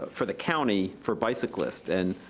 for the county, for bicyclists. and